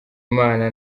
imana